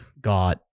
got